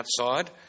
outside